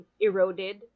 eroded